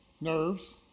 nerves